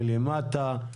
מלמטה,